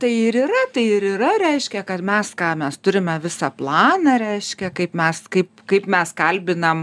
tai yra tai ir yra reiškia kad mes ką mes turime visą planą reiškia kaip mes kaip kaip mes kalbinam